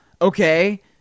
okay